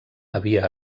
havia